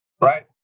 right